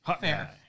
Fair